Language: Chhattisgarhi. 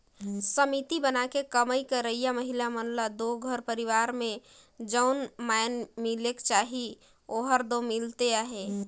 समिति बनाके कमई करइया महिला मन ल दो घर परिवार में जउन माएन मिलेक चाही ओहर दो मिलते अहे